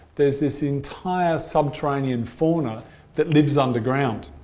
there's this entire subterranean fauna that lives underground